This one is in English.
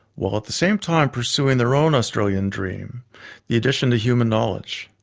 while at the same time pursuing their own australian dream the addition to human knowledge.